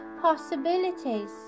possibilities